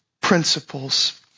principles